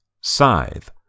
Scythe